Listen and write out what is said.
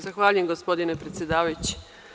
Zahvaljujem gospodine predsedavajući.